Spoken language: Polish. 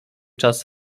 czas